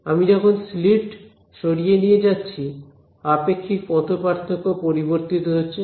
আমি যখন স্লিট সরিয়ে নিয়ে যাচ্ছি আপেক্ষিক পথ পার্থক্য পরিবর্তিত হচ্ছে